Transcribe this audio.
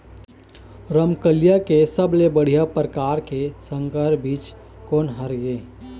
रमकलिया के सबले बढ़िया परकार के संकर बीज कोन हर ये?